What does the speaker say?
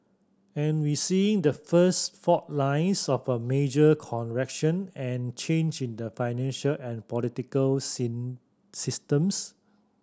and we seeing the first fault lines of a major correction and change in the financial and political seen systems